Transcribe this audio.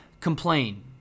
complain